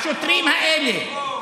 השוטרים האלה,